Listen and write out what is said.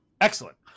Excellent